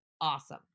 awesome